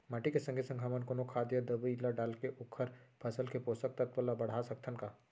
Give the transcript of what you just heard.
माटी के संगे संग हमन कोनो खाद या दवई ल डालके ओखर फसल के पोषकतत्त्व ल बढ़ा सकथन का?